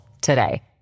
today